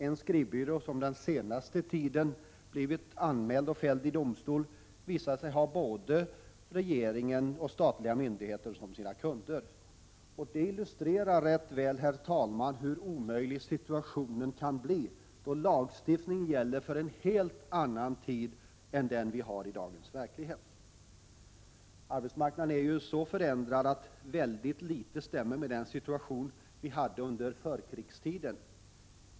En skrivbyrå som den senaste tiden blivit anmäld och fälld i domstol visade sig ha både regeringen och statliga myndigheter som sina kunder! Detta förhållande illustrerar väl, herr talman, hur omöjlig situationen kan bli då lagstiftningen gäller för en helt annan tids villkor än dem vi har i dag. Herr talman! Arbetsmarknaden är ju så förändrad att väldigt litet stämmer med den situation som vi hade under förkrigstiden.